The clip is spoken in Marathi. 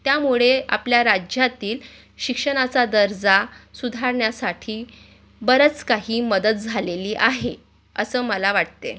त्यामुळे आपल्या राज्यातील शिक्षणाचा दर्जा सुधारण्यासाठी बरंच काही मदत झालेली आहे असं मला वाटते